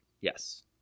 Yes